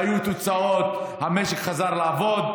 והיו תוצאות: המשק חזר לעבוד,